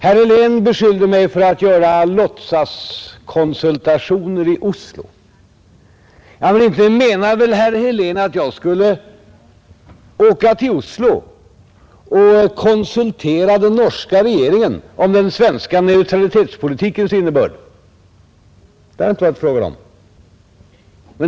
Herr Helén beskyllde mig för att göra låtsaskonsultationer i Oslo. Ja, men inte menar väl herr Helén att jag skulle åka till Oslo och konsultera den norska regeringen om den svenska neutralitetspolitikens innetörd! Det har det inte varit fråga om.